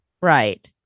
Right